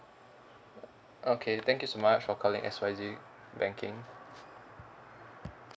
okay thank you so much for calling X Y Z banking